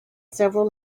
several